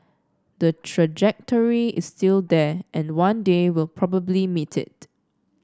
the trajectory is still there and one day we'll probably meet it